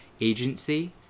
agency